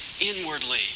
inwardly